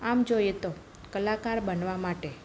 આમ જોઈએ તો કલાકાર બનવા માટે